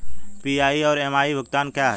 PI और MI भुगतान क्या हैं?